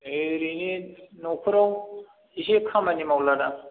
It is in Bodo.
एरैनो न'खराव एसे खामानि मावलादां